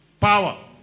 power